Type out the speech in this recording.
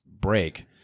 break